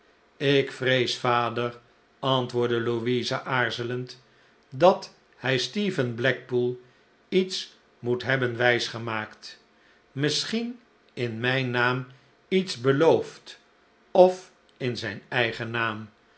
ik vrees vader antwoordde louisa aarzelend dat hij stephen blackpool iets moet nebben wijs gemaakt misschien in mijn naam iets beloofd of in zijn eigen naam